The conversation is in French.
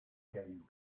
cailloux